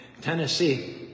Tennessee